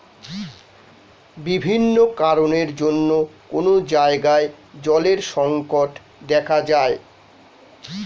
বিভিন্ন কারণের জন্যে কোন জায়গায় জলের সংকট দেখা যায়